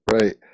Right